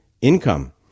income